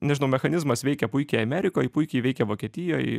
nežinau mechanizmas veikia puikiai amerikoj puikiai veikia vokietijoj